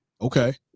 Okay